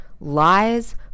lies